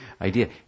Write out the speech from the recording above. idea